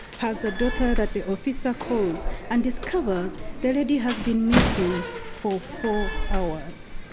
has a daughter that the officer calls and discovers the lady has been missing for four hours.